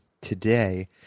today